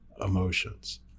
emotions